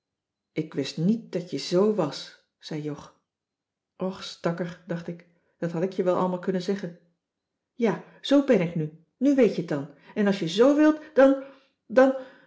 ik wist niet dat je zo was zei jog och stakker dacht ik dat had ik je wel allemaal kunnen zeggen ja zoo ben ik nu nu weet je het dan en als je zo wilt dan dan